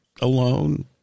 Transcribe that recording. alone